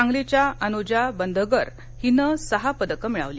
सांगलीच्या अनुजा बंदगर हिनं सहा पदक मिळवली